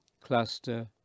cluster